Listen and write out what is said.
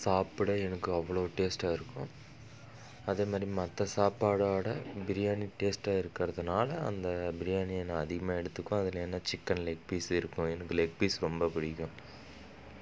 சாப்பிட எனக்கு அவ்வளோ டேஸ்ட்டாக இருக்கும் அதேமாதிரி மற்ற சாப்பாடோடு பிரியாணி டேஸ்ட்டாக இருக்கிறதனால அந்த பிரியாணியை நான் அதிகமாக எடுத்துக்குவேன் அதில் என்ன சிக்கன் லெக் பீஸு இருக்கும் எனக்கு லெக் பீஸ் ரொம்ப பிடிக்கும்